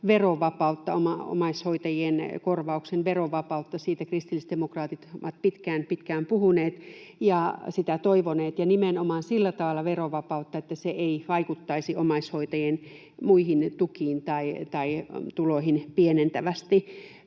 verovapautta, omaishoitajien korvauksen verovapautta. Siitä kristillisdemokraatit ovat pitkään, pitkään puhuneet ja sitä toivoneet, verovapautta nimenomaan sillä tavalla, että se ei vaikuttaisi omaishoitajien muihin tukiin tai tuloihin pienentävästi.